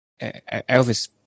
Elvis